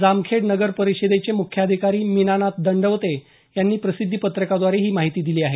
जामखेड नगर परिषदेचे मुख्याधिकारी मीनानाथ दंडवते यांनी प्रसिद्धी पत्रकाद्वारे ही माहिती दिली आहे